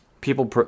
people